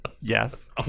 Yes